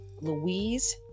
louise